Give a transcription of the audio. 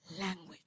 language